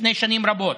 לפני שנים רבות,